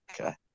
Okay